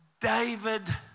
David